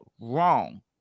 wrong